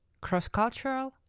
cross-cultural